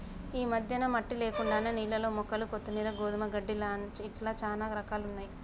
ఈ మధ్యన మట్టి లేకుండానే నీళ్లల్ల మొక్కలు కొత్తిమీరు, గోధుమ గడ్డి ఇట్లా చానా రకాలున్నయ్యి